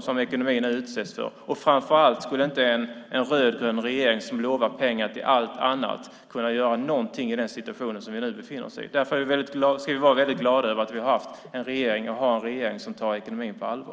som ekonomin nu utsätts för. Framför allt skulle inte en rödgrön regering som lovar pengar till allt annat kunna göra någonting i den situation som vi nu befinner oss i. Därför ska vi vara väldigt glada över att vi har en regering som tar ekonomin på allvar.